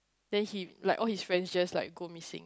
then he like all his friends just like go missing